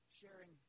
sharing